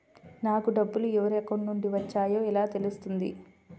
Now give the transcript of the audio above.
నాకు డబ్బులు ఎవరి అకౌంట్ నుండి వచ్చాయో ఎలా తెలుస్తుంది?